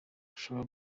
ashaka